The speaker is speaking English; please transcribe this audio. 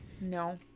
No